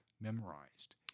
memorized